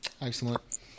excellent